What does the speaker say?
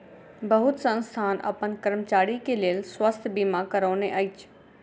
बहुत संस्थान अपन कर्मचारी के लेल स्वास्थ बीमा करौने अछि